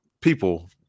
people